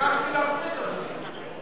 הרכב הוועדות הקבועות של הכנסת נתקבלה.